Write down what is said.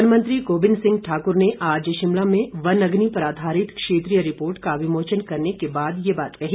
one मंत्री गोबिंद सिंह ठाकुर ने आज शिमला में वन अग्नि पर आधारित क्षेत्रीय रिपोर्ट का विमोचन करने के बाद ये बात कही